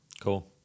Cool